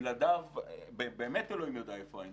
בלעדיו באמת אלוהים יודע איפה היינו.